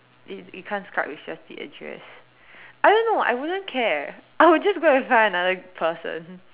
you you can't Skype with just the address I don't know I wouldn't care I would just go and find another person